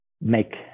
make